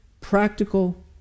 practical